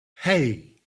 hey